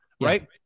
Right